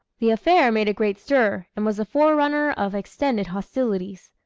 the affair made a great stir, and was the forerunner of extended hostilities.